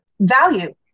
Value